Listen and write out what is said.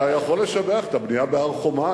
אתה יכול לשבח את הבנייה בהר-חומה.